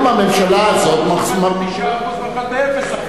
9% ואחת ב-0%.